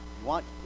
Want